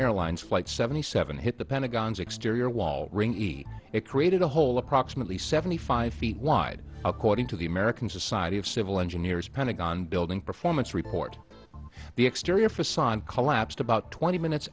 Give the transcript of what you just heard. airlines flight seventy seven hit the pentagon's exterior wall it created a hole approximately seventy five feet wide according to the american society of civil engineers pentagon building performance report the exterior facade collapsed about twenty minutes